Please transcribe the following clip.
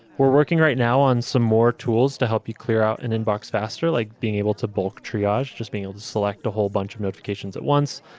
we're working right now on some more tools to help you clear out and inbox faster, like being able to bulk triage. just being able to select a whole bunch of notifications at once,